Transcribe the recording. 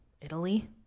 Italy